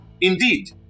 Indeed